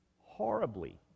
Horribly